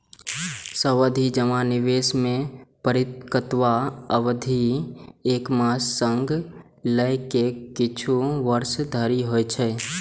सावाधि जमा निवेश मे परिपक्वता अवधि एक मास सं लए के किछु वर्ष धरि होइ छै